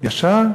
ישר?